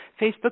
Facebook